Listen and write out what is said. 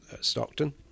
Stockton